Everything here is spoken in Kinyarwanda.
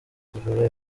kugura